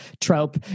trope